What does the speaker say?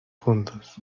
juntos